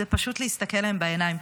הוא פשוט להסתכל להם בעיניים.